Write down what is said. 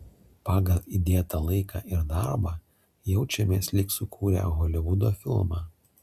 pagal įdėtą laiką ir darbą jaučiamės lyg sukūrę holivudo filmą